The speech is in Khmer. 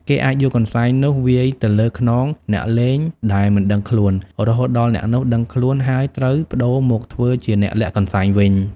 គេអាចយកកន្សែងនោះវាយទៅលើខ្នងអ្នកលេងដែលមិនដឹងខ្លួន រហូតដល់អ្នកនោះដឹងខ្លួន ហើយត្រូវប្ដូរមកធ្វើជាអ្នកលាក់កន្សែងវិញ ។